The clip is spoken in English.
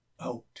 out